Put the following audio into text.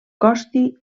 costi